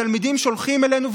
התלמידים שולחים אלינו,